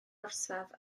orsaf